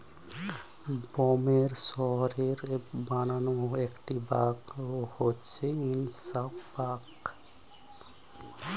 বোম্বের শহরে বানানো একটি ব্যাঙ্ক হচ্ছে ইয়েস ব্যাঙ্ক